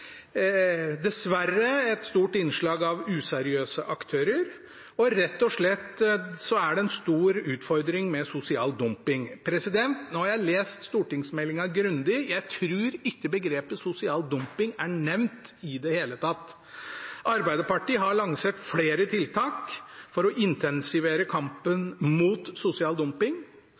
dessverre et stort innslag av useriøse aktører, og det er rett og slett en stor utfordring med sosial dumping. Nå har jeg lest stortingsmeldingen grundig. Jeg tror ikke begrepet «sosial dumping» er nevnt i det hele tatt. Arbeiderpartiet har lansert flere tiltak for å intensivere kampen mot sosial dumping,